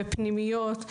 בפנימיות,